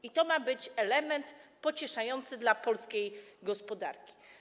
I to ma być element pocieszający dla polskiej gospodarki.